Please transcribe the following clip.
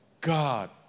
God